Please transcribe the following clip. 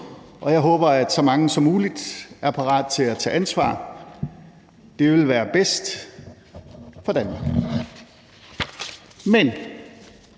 og jeg håber, at så mange som muligt er parate til at tage ansvar. Det ville være bedst for Danmark.